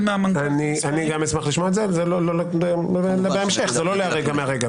זה בהמשך, זה לא מהרגע להרגע.